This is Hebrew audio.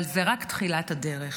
אבל זה רק תחילת הדרך.